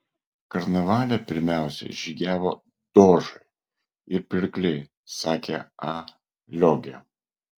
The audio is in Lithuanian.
karnavale pirmiausiai žygiavo dožai ir pirkliai sakė a liogė